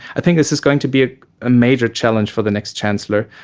i think this is going to be a ah major challenge for the next chancellor,